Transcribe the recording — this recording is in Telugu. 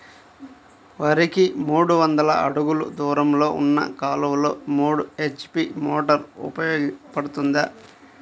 వరికి మూడు వందల అడుగులు దూరంలో ఉన్న కాలువలో మూడు హెచ్.పీ మోటార్ ఉపయోగపడుతుందా?